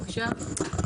בבקשה.